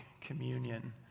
communion